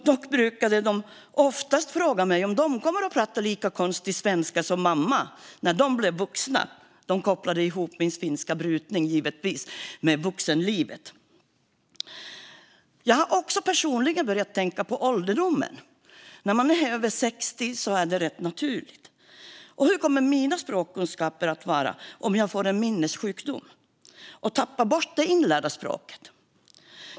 Dock brukade de oftast fråga mig om de kommer att prata lika konstig svenska som mamma när de blev vuxna. De kopplade givetvis ihop min finska brytning med vuxenlivet. Jag har personligen också börjat tänka på ålderdomen. När man är över 60 år är det rätt naturligt. Hur kommer mina språkkunskaper att vara om jag får en minnessjukdom och tappar bort det inlärda språket?